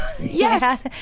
Yes